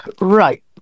Right